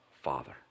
father